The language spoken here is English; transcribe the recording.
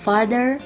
Father